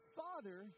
father